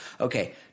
Okay